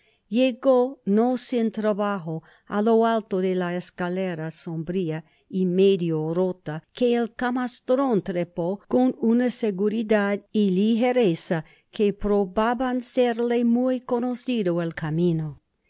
llegó no sin trabajo á lo alto de la escalera sombria y medio rota que el camastro trepó con una seguridad y ligereza que probaban serle muy conocido el camino este